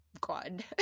God